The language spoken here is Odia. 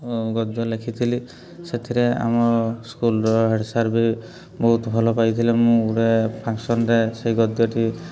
ଗଦ୍ୟ ଲେଖିଥିଲି ସେଥିରେ ଆମ ସ୍କୁଲ୍ର ହେଡ଼୍ ସାର୍ ବି ବହୁତ ଭଲ ପାଇଥିଲେ ମୁଁ ଗୋଟେ ଫଙ୍କସନ୍ରେ ସେଇ ଗଦ୍ୟଟି